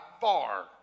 far